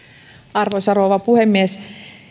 arvoisa rouva puhemies